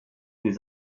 des